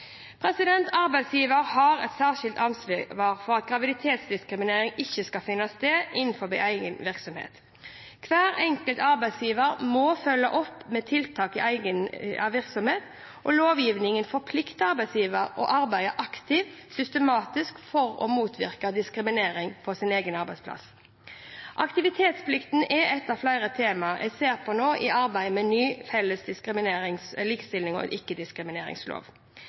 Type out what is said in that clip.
Arbeidsgiver har et særskilt ansvar for at graviditetsdiskriminering ikke skal finne sted innenfor egen virksomhet. Hver enkelt arbeidsgiver må følge opp med tiltak i egen virksomhet. Lovgivningen forplikter arbeidsgiver til å arbeide aktivt og systematisk for å motvirke diskriminering på egen arbeidsplass. Aktivitetsplikten er ett av flere temaer jeg ser på i arbeidet med ny felles likestillings- og